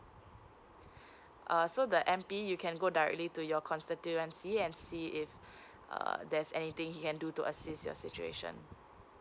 uh so the M P you can go directly to your constituency and see if uh there's anything he can do to assist your situation